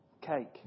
cake